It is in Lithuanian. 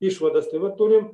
išvadas tai va turim